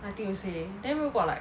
nothing to say then 如果 like